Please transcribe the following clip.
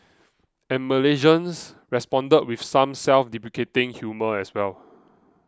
and Malaysians responded with some self deprecating humour as well